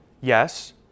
yes